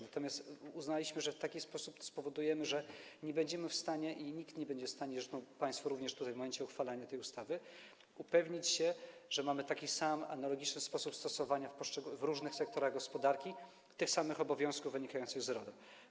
Natomiast uznaliśmy, że w taki sposób spowodujemy, że nie będziemy w stanie i nikt nie będzie w stanie - zresztą państwo również w momencie uchwalania tej ustawy - upewnić się, że mamy taki sam, analogiczny sposób stosowania w różnych sektorach gospodarki tych samych obowiązków wynikających z RODO.